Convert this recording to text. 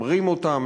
אומרים אותם,